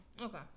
Okay